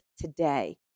today